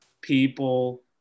people